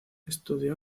estudió